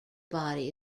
body